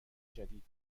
جدید